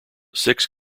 six